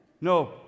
no